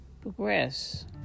progress